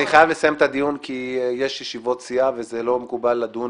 אני צריך לסיים את הדיון כי יש ישיבות סיעה וזה לא מקובל לדון